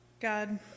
God